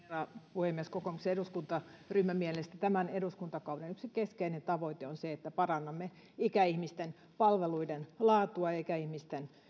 puhemies kokoomuksen eduskuntaryhmän mielestä tämän eduskuntakauden yksi keskeinen tavoite on se että parannamme ikäihmisten palveluiden laatua ja ikäihmisten